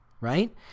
right